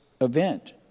event